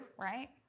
right